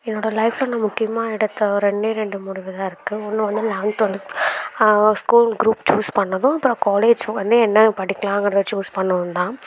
என்னோட லைஃப்பில் நான் முக்கியமாக எடுத்த ரெண்டே ரெண்டு முடிவு தான் இருக்கு ஒன்று வந்து லெவன்த்து வந்து ஸ்கூல் க்ரூப் சூஸ் பண்ணதும் அப்புறம் காலேஜ் வந்து என்ன படிக்கலாங்கறதை சூஸ் பண்ணதும் தான்